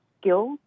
skills